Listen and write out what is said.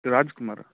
Raj Kumar